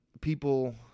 people